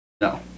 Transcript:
No